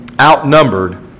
outnumbered